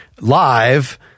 live